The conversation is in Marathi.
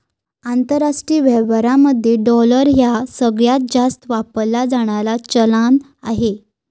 आंतरराष्ट्रीय व्यवहारांमध्ये डॉलर ह्या सगळ्यांत जास्त वापरला जाणारा चलान आहे